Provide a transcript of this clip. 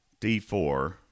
D4